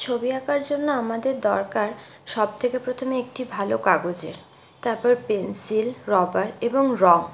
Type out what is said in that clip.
ছবি আঁকার জন্য আমাদের দরকার সব থেকে প্রথমে একটি ভালো কাগজের তারপর পেনসিল রবার এবং রং